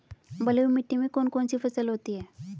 बलुई मिट्टी में कौन कौन सी फसल होती हैं?